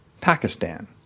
Pakistan